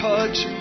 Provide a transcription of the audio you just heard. Touch